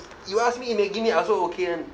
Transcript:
you ask me eat maggi mee I also okay [one]